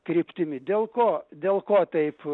kryptimi dėl ko dėl ko taip